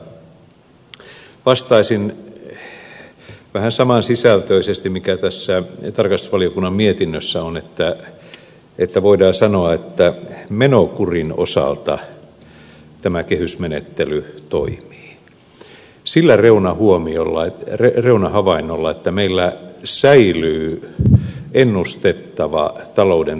vastaisin vähän samansisältöisesti kuin tässä tarkastusvaliokunnan mietinnössä on että voidaan sanoa että menokurin osalta tämä kehysmenettely toimii sillä reunahavainnolla että meillä säilyy ennustettava talouden toimintaympäristö